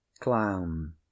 clown